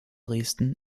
dresden